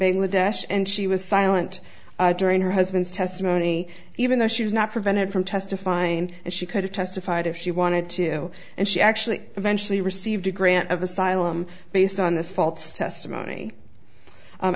bangladesh and she was silent during her husband's testimony even though she was not prevented from testifying and she could have testified if she wanted to and she actually eventually received a grant of asylum based on this fault testimony